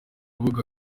urubuga